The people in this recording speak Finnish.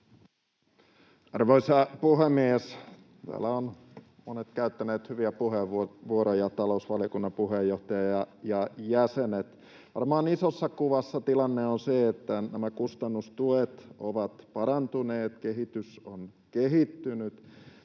Arvoisa puhemies! Täällä ovat monet käyttäneet hyviä puheenvuoroja, talousvaliokunnan puheenjohtaja ja jäsenet. Varmaan isossa kuvassa tilanne on se, että nämä kustannustuet ovat parantuneet, kehitys on kehittynyt,